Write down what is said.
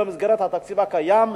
במסגרת התקציב הקיים,